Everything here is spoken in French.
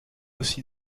aussi